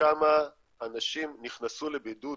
כמה אנשים נכנסו לבידוד